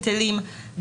היטלים?